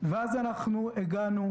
גבי אשכנזי,